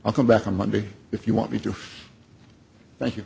i'll come back on monday if you want me to